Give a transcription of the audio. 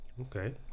okay